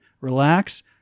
relax